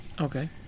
Okay